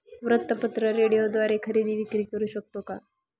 वृत्तपत्र, रेडिओद्वारे खरेदी विक्री करु शकतो का?